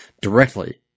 directly